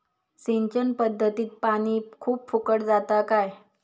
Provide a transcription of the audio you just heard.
सिंचन पध्दतीत पानी खूप फुकट जाता काय?